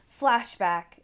flashback